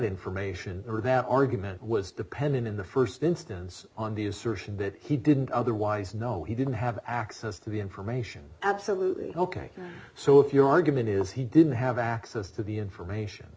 information or that argument was dependent in the st instance on the assertion that he didn't otherwise know he didn't have access to the information absolutely ok so if your argument is he didn't have access to the information